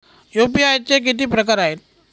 UPI चे किती प्रकार आहेत?